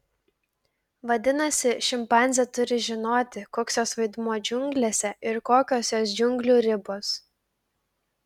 vadinasi šimpanzė turi žinoti koks jos vaidmuo džiunglėse ir kokios jos džiunglių ribos